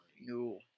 No